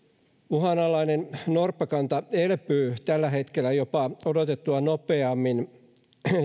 uhanalainen norppakanta elpyy tällä hetkellä jopa odotettua nopeammin